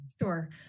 Sure